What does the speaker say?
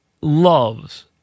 loves